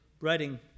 writing